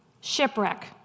shipwreck